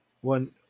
one